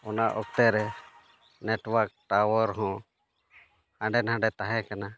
ᱚᱱᱟ ᱚᱠᱛᱮᱨᱮ network tower ᱦᱚᱸ ᱦᱟᱸᱰᱮᱼᱱᱟᱸᱰᱮ ᱛᱟᱦᱮᱸ ᱠᱟᱱᱟ